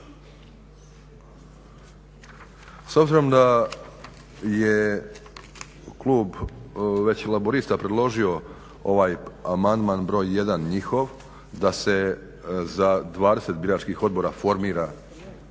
S obzirom da je klub već Laburista predložio ovaj amandman broj jedan njihov da se za 20 biračkih odbora formira